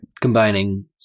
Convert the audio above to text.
Combining